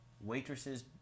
waitresses